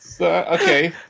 Okay